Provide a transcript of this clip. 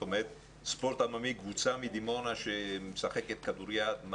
ספורט עממי, קבוצה מדימונה שמשחקת כדוריד?